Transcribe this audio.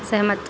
सहमत